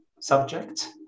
subject